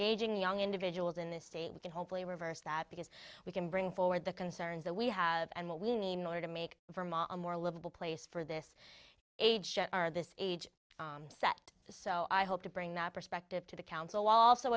engaging young individuals in this state we can hopefully reverse that because we can bring forward the concerns that we have and what we need in order to make vermont a more livable place for this age our this age set so i hope to bring that perspective to the council also